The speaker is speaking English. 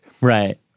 Right